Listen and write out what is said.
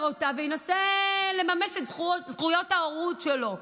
אותה וינסה לממש את זכויות ההורות שלו,